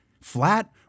Flat